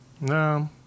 No